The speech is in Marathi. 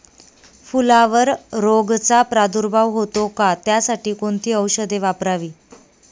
फुलावर रोगचा प्रादुर्भाव होतो का? त्यासाठी कोणती औषधे वापरावी?